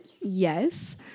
Yes